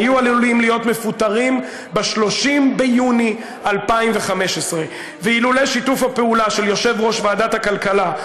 היו עלולים להיות מפוטרים ב-30 ביוני 2015. ואילולא שיתוף הפעולה של יושב-ראש ועדת הכלכלה,